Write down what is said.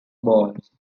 balls